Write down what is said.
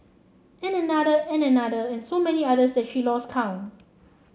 and another and another and so many others that she lost count